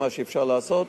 מה שאפשר לעשות.